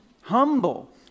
Humble